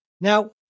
Now